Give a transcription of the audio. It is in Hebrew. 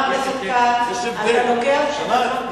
אתם מבזבזים את זמנו של חבר הכנסת זאב.